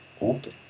open